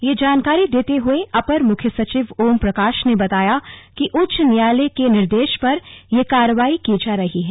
यह जानकारी देते हुए अपर मुख्य सचिव ओमप्रकाश ने बताया कि उच्च न्यायालय के निर्देश पर यह कार्रवाई की जा रही है